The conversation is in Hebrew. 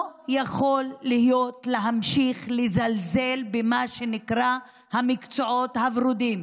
לא יכול להיות שימשיכו לזלזל במה שנקרא "המקצועות הוורודים".